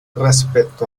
respecto